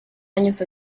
años